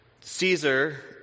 Caesar